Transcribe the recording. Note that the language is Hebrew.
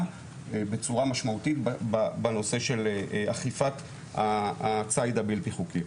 בצורה משמעותית בנושא של אכיפת הציד הבלתי חוקי.